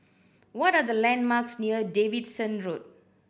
what are the landmarks near Davidson Road